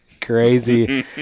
Crazy